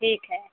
ठीक है